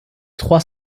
trois